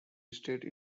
estate